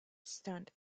stunt